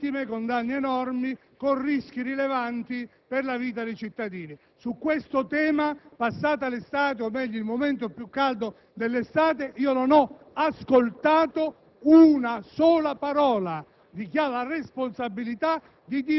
il nostro Abruzzo, come tante altre Regioni italiane con vittime e danni enormi, e con rischi rilevanti per la vita dei cittadini. Su questo tema, passata l'estate, o meglio il momento più caldo dell'estate stessa, non ho ascoltato una